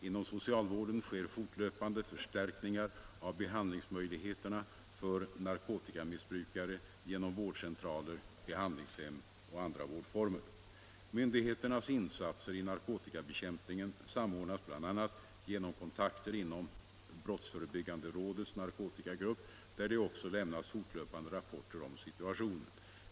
Inom socialvården sker fortlöpande förstärkningar av behandlingsmöjligheterna för narkotikamissbrukare genom vårdcentraler, behandlingshem och andra vårdformer. Myndigheternas insatser i narkotikabekämpningen samordnas bl.a. genom kontakter inom brottsförebyggande rådets narkotikagrupp, där det också lämnas fortlöpande rapporter om situationen.